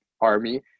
army